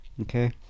Okay